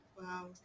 Wow